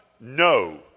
No